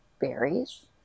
Berries